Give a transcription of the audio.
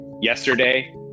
yesterday